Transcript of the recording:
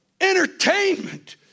Entertainment